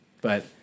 But-